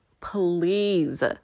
Please